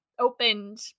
opened